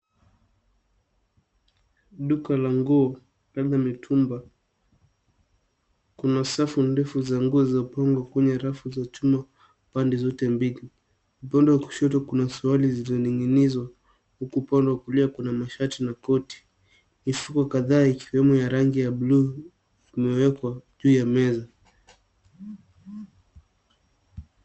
Duka la nguo labda mitumba kuna safu ndefu za nguo za rafu za chuma pande zote mbili, pande wa kushoto kuna suruali zilizo ning'nishwa huku upande wa kulia kuna mashati na koti. Mifugo kataa ikiwemo ya rangi ya bluu imewekwa juu ya meza.